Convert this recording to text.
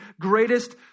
greatest